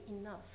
enough